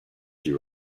you